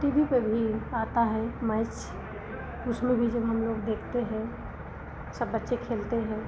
T V पर भी आता है मैच उसमें भी जब हमलोग देखते हैं सब बच्चे खेलते हैं